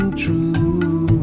true